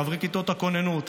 חברי כיתות הכוננות,